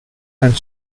and